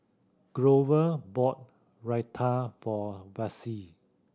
Glover bought Raita for Vassie